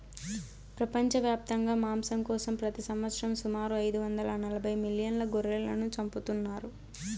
ప్రపంచవ్యాప్తంగా మాంసం కోసం ప్రతి సంవత్సరం సుమారు ఐదు వందల నలబై మిలియన్ల గొర్రెలను చంపుతున్నారు